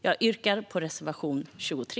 Jag yrkar bifall till reservation 23.